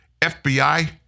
FBI